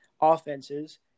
offenses